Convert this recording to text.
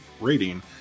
rating